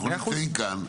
אנחנו נמצאים כאן,